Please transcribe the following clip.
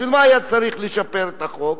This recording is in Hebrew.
בשביל מה היה צריך לשפר את החוק?